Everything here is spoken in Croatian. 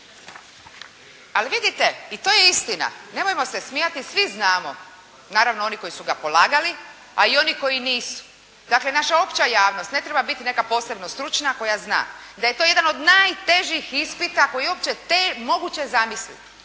Ali vidite i to je istina. Nemojmo se smijati svi znamo, naravno oni koji su ga polagali, ali i oni koji nisu. Dakle, naša opća javnost ne treba biti neka posebno stručna koja zna da je to jedan od najtežih ispita koji je uopće moguće zamisliti.